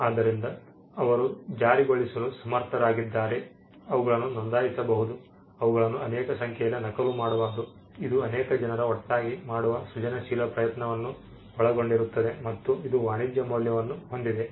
ಆದ್ದರಿಂದ ಅವರು ಜಾರಿಗೊಳಿಸಲು ಸಮರ್ಥರಾಗಿದ್ದಾರೆ ಅವುಗಳನ್ನು ನೋಂದಾಯಿಸಬಹುದು ಅವುಗಳನ್ನು ಅನೇಕ ಸಂಖ್ಯೆಯಲ್ಲಿ ನಕಲು ಮಾಡಬಹುದು ಇದು ಅನೇಕ ಜನರ ಒಟ್ಟಾಗಿ ಮಾಡುವ ಸೃಜನಶೀಲ ಪ್ರಯತ್ನವನ್ನು ಒಳಗೊಂಡಿರುತ್ತದೆ ಮತ್ತು ಇದು ವಾಣಿಜ್ಯ ಮೌಲ್ಯವನ್ನು ಹೊಂದಿದೆ